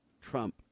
Trump